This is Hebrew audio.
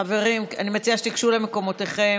חברים, אני מציעה שתיגשו למקומותיכם.